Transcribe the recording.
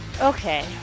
Okay